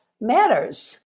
matters